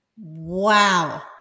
Wow